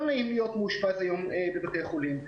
לא נעים להיות מאושפז היום בבתי חולים.